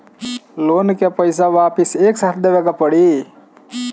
Loan का पईसा वापिस एक साथ देबेके पड़ी?